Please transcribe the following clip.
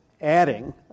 adding